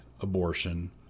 abortion